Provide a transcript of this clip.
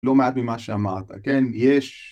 לא מעט ממה שאמרת. כן, יש